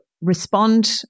respond